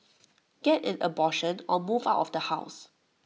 get an abortion or move out of the house